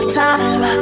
time